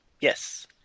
Yes